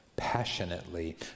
passionately